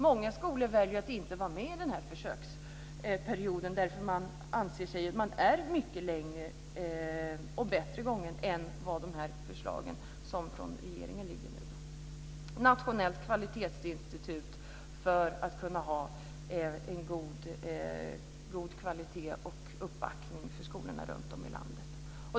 Många skolor väljer att inte vara med i försöksperioden därför att man anser sig vara mycket längre gången och bättre än vad förslagen från regeringen innebär. Det ska vara ett nationellt kvalitetsinstitut för att kunna ha en god kvalitet och uppbackning för skolorna runtom i landet.